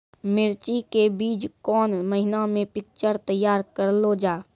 मिर्ची के बीज कौन महीना मे पिक्चर तैयार करऽ लो जा?